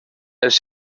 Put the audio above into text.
els